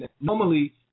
normally